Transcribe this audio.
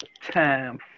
time